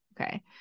okay